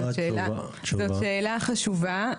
זאת שאלה חשובה.